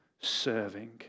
serving